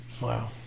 Wow